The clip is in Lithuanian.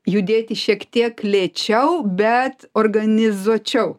judėti šiek tiek lėčiau bet organizuočiau